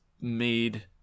made